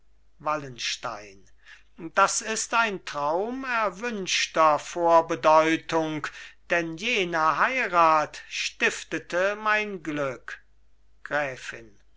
wallenstein das ist ein traum erwünschter vorbedeutung denn jene heirat stiftete mein glück gräfin